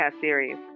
Series